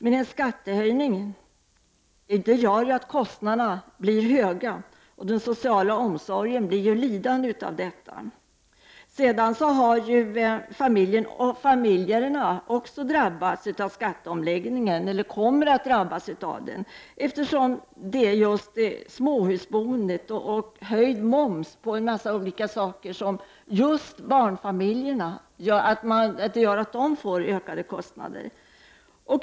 En skattehöjning gör att kostnaderna blir höga, och den sociala omsorgen blir lidande av detta. Sedan kommer familjerna också att drabbas av skatteomläggningen, eftersom det dyrare småhusboendet och den höjda momsen på många olika saker gör att just barnfamiljerna får ökade kostnader.